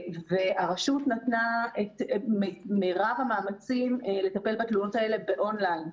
הרשות נתנה את מרב המאמצים לטפל בתלונות האלה באון-ליין,